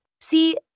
See